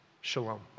shalom